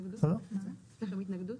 להם התנגדות?